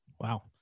Wow